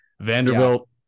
Vanderbilt